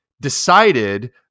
decided